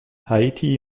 haiti